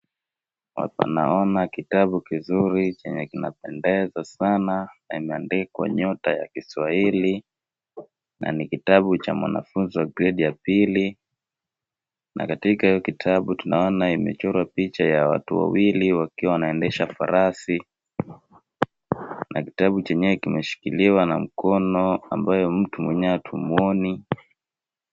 Hapa naona kitabu kizuri chenye kinapendeza sana na imeandikwa nyota ya kiswahili , na ni kitabu cha mwanafunzi wa gredi ya pili na katika hio kitabu tunaona imechorwa picha ya watu wawili wakiwa wanaendesha farasi , na kitabu chenyewe kimeshikiliwa na mkono ambaye mtu mwenyewe hatumuoni.